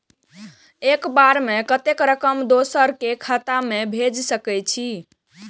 एक बार में कतेक रकम दोसर के खाता में भेज सकेछी?